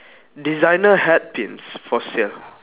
designer hat pins for sale